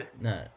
no